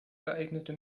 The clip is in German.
geeignete